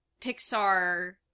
Pixar